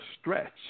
stretch